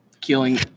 killing